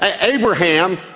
Abraham